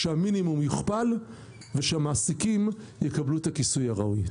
ששכר המינימום יוכפל ושהמעסיקים יקבלו אתה כיסוי הראוי.